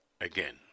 again